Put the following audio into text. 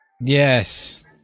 Yes